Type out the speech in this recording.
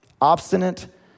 Obstinate